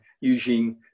Eugene